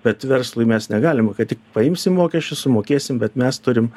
bet verslui mes negalima kad tik paimsim mokesčius sumokėsim bet mes turim